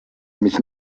mich